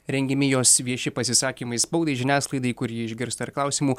rengiami jos vieši pasisakymai spaudai žiniasklaidai kur ji išgirsta ir klausimų